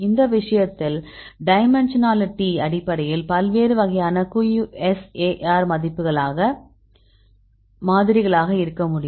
இந்த விஷயத்தில் டைமென்ஷனாலிடி அடிப்படையில் பல்வேறு வகையான QSAR மாதிரிகள் இருக்க முடியும்